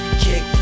kick